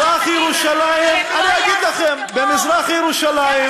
במזרח-ירושלים, תגיד להם שלא יעשו